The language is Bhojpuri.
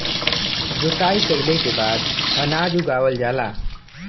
जोताई कइले के बाद अनाज उगावल जाला